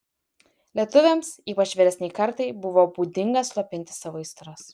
lietuviams ypač vyresnei kartai buvo būdinga slopinti savo aistras